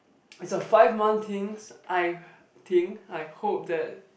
is a five month things I think I hope that